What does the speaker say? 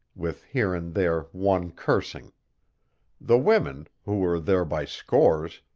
with here and there one cursing the women, who were there by scores,